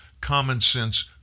common-sense